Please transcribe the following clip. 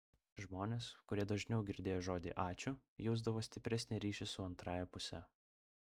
žmonės kurie dažniau girdėjo žodį ačiū jausdavo stipresnį ryšį su antrąja puse